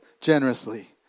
generously